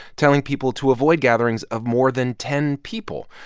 telling people to avoid gatherings of more than ten people.